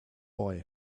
boy